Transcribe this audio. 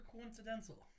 coincidental